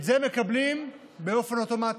את זה מקבלים באופן אוטומטי.